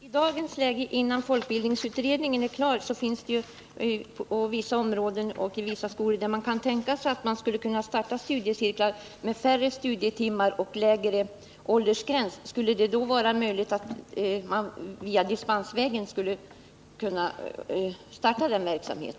Herr talman! I dagens läge innan folkbildningsutredningen är klar kan man ju på vissa områden och i vissa skolor tänka sig att starta studiecirklar med färre studietimmar och lägre ålder på deltagarna. Skulle det då var möjligt att dispensvägen starta en sådan verksamhet?